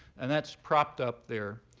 and that's propped up their